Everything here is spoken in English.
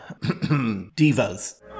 divas